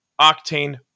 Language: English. Octane